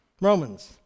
Romans